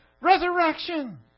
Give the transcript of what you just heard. Resurrection